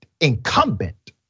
incumbent